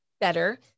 better